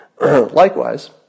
Likewise